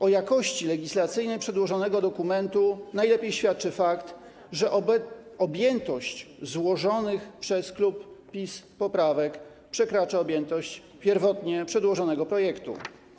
O jakości legislacyjnej przedłożonego dokumentu najlepiej świadczy fakt, że objętość złożonych przez klub PiS poprawek przekracza objętość pierwotnie przedłożonego projektu.